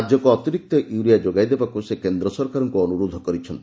ରାଜ୍ୟକୁ ଅତିରିକ୍ତ ୟୁରିଆ ଯୋଗାଇବାକୁ ସେ କେନ୍ଦ୍ର ସରକାରଙ୍କୁ ଅନୁରୋଧ କରିଛନ୍ତି